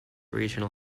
regional